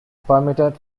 permitted